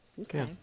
Okay